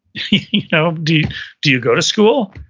you know do do you go to school?